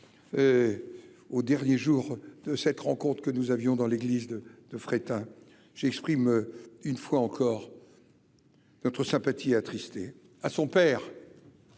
au dernier jour de cette rencontre que nous avions dans l'église de de Fréthun, j'exprime une fois encore notre sympathie attristée à son père